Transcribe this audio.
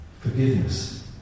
forgiveness